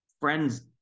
friends